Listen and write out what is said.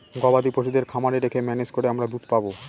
গবাদি পশুদের খামারে রেখে ম্যানেজ করে আমরা দুধ পাবো